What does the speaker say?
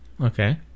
Okay